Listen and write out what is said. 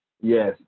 yes